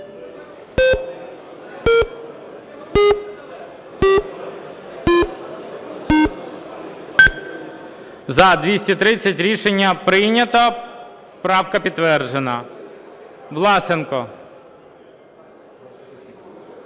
За-230 Рішення прийнято. Правка підтверджена. Власенко.